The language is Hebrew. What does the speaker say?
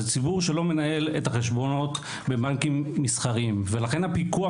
זה ציבור שלא מנהל את החשבונות בבנקים מסחריים ולכן הפיקוח